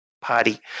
Party